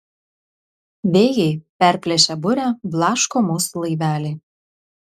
vėjai perplėšę burę blaško mūsų laivelį